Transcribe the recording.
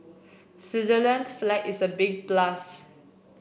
Switzerland's flag is a big plus